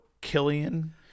Killian